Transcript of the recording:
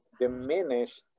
diminished